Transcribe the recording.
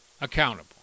accountable